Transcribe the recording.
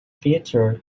theatre